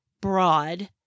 broad